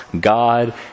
God